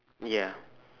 ya